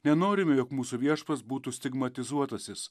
nenorime jog mūsų viešpats būtų stigmatizuotasis